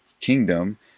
kingdom